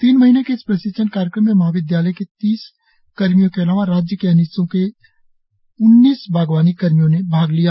तीन महीने के इस प्रशिक्षण कार्यक्रम में महाविदयालय के तीस कर्मियों के अलावा राज्य के अन्य हिस्सों के उन्नीस बागवानी कर्मियों ने भाग लिया